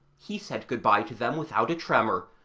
he said good-bye to them without a tremor,